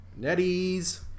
NetEase